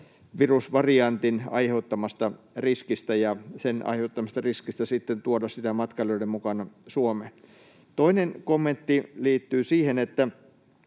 virusvariantin aiheuttamasta riskistä ja sen aiheuttamasta riskistä sitten tuoda sitä matkailijoiden mukana Suomeen. Toinen kommentti liittyy siihen, että